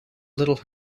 little